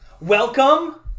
Welcome